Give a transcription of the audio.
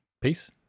peace